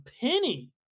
Penny